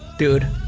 dude,